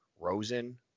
Rosen